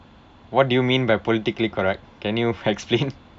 what do you mean by politically correct can you explain